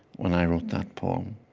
when i wrote that poem